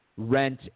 rent